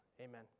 Amen